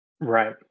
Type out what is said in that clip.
Right